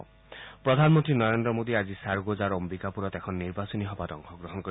ইফালে প্ৰধানমন্ত্ৰী নৰেন্দ্ৰ মোদীয়ে আজি সাৰগোজাৰ অম্বিকাপুৰত এখন নিৰ্বাচনী সভাত অংশগ্ৰহণ কৰিব